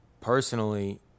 personally